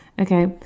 Okay